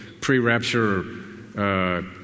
pre-rapture